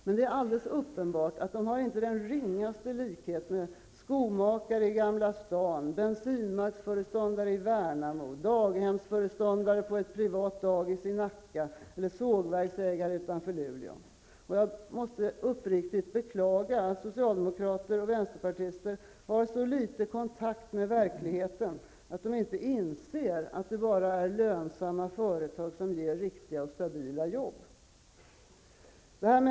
Men det är alldeles uppenbart att de inte har den ringaste likhet med skomakaren i Gamla stan, med bensinmacksföreståndaren i Värnamo, med daghemsföreståndaren på det privata dagiset i Nacka eller med sågverksägaren utanför Luleå. Jag måste uppriktigt beklaga att socialdemokrater och vänsterpartister har så litet kontakt med verkligheten att de inte inser att det är bara lönsamma företag som ger riktiga och stabila jobb.